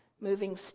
moving